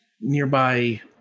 nearby